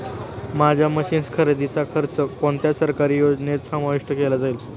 माझ्या मशीन्स खरेदीचा खर्च कोणत्या सरकारी योजनेत समाविष्ट केला जाईल?